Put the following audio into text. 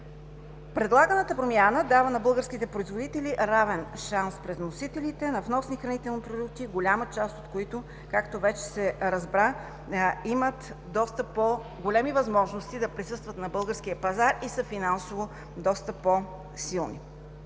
Предлаганата промяна дава на българските производители равен шанс пред вносителите на вносни хранителни продукти, голяма част от които, както вече се разбра, имат доста по-големи възможности да присъстват на българския пазар и са финансово доста по-силни.